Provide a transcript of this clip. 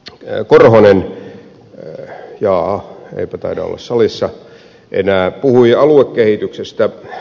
edustaja korhonen jaa eipä taida olla salissa enää puhui aluekehityksestä